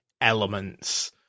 elements